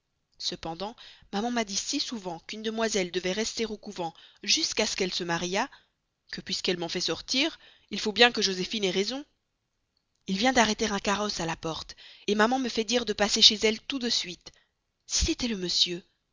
cependant maman m'a dit si souvent qu'une demoiselle devait rester au couvent jusqu'à ce qu'elle se mariât que puisqu'elle m'en fait sortir il faut bien que joséphine ait raison il vient d'arrêter un carrosse à la porte maman me fait dire de passer chez elle tout de suite si c'était le monsieur